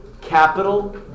capital